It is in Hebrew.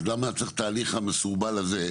אז למה צריך את התהליך המסובך הזה?